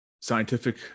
scientific